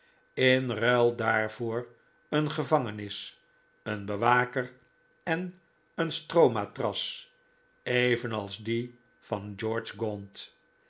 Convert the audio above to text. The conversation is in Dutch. in ruil daarvoor een gevangenis een bewaker en een stroomatras evenals die van